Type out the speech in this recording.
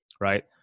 right